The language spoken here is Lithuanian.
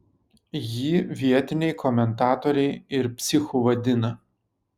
jį vietiniai komentatoriai ir psichu vadina